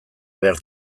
behar